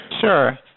Sure